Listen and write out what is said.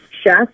chef